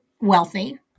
wealthy